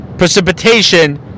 Precipitation